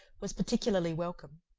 was particularly welcome.